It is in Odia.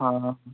ହଁ ହଁ ହଁ